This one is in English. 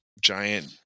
giant